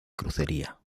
crucería